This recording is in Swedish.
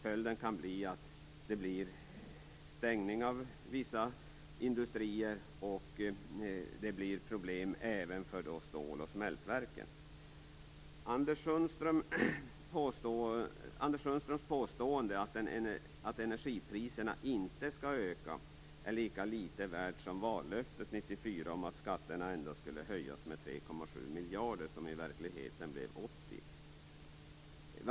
Följden kan bli stängning av vissa industrier och problem även för stål och smältverken. Anders Sundströms påstående att energipriserna inte skall öka är lika litet värt som vallöftet 1994 om att skatterna endast skulle höjas med 3,7 miljarder. I verkligheten blev det 80.